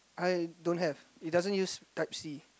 I don't have it doesn't use type C